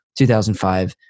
2005